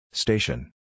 Station